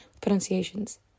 pronunciations